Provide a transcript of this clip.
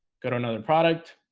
go to another product